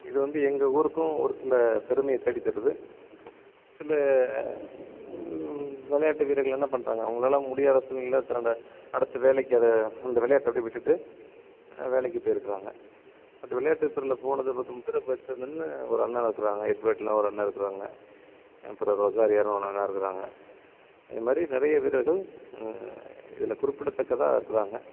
இது வந்து எங்கள் ஊருக்கும் ஒரு சில பெருமையை தேடித் தருது சில விளையாட்டு வீரர்கள் என்ன பண்ணுறாங்க அவங்களால முடியாத சூல்நிலையில் தன்னோட அடுத்த வேலைக்கு அதை அந்த விளையாட்டை அப்படியே விட்டுட்டு வேலைக்கு போயிருக்கிறாங்க பட் விளையாட்டு துறையில் போனது பாத்து முத்திரை பதித்ததுன்னு ஒரு அண்ணன் இருக்கிறாங்க எட்வர்ட்ன்னு ஒரு அண்ணன் இருக்கிறாங்க அப்புறம் ரொஸாரியோன்னு ஒரு அண்ணன் இருக்கிறாங்க இதுமாரி நிறைய வீரர்கள் இதில் குறிப்பிடத்தக்கதாக இருக்கிறாங்க